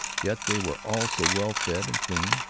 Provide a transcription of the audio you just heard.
yet they were all so well fed and clean,